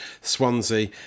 Swansea